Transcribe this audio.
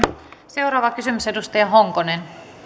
seuraava kysymys edustaja honkonen